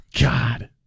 God